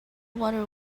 water